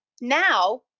Now